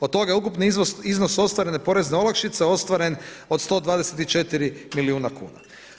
Od toga je ukupni iznos ostvarene porezne olakšice, ostvaren od 124 milijuna kuna.